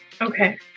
Okay